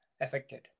affected